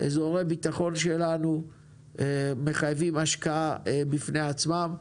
אזורי ביטחון שלנו מחייבים השקעה בפני עצמם.